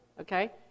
okay